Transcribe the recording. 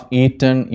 eaten